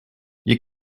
you